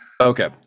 Okay